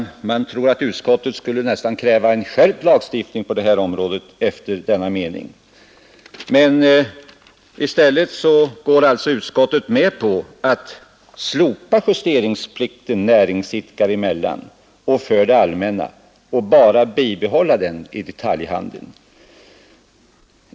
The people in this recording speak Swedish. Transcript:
Man tycker att utskottet nästan borde kräva en skärpt lagstiftning på detta område efter att ha skrivit denna mening. Men utskottet går alltså med på att slopa justeringsplikten näringsidkare emellan och för det allmänna och bara bibehålla den i detaljhandeln.